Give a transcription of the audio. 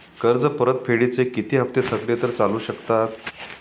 कर्ज परतफेडीचे किती हप्ते थकले तर चालू शकतात?